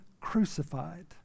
crucified